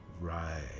Right